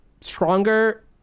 stronger